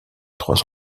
trois